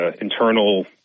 internal